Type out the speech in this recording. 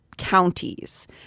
counties